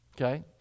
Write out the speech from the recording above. Okay